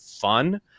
fun